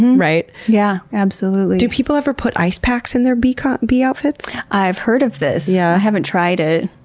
right? yeah, absolutely. do people ever put ice packs in their bee kind of bee outfits? i've heard of this. i yeah haven't tried it.